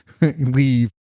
leave